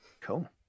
cool